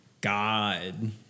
God